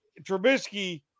Trubisky